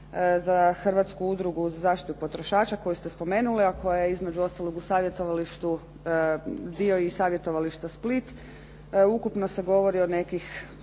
za Hrvatsku udrugu za zaštitu potrošača koju ste spomenuli a koja je između ostalog u savjetovalištu, dio i savjetovališta Split ukupno se govori o nekih